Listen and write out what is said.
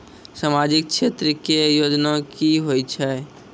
समाजिक क्षेत्र के योजना की होय छै?